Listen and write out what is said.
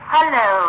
Hello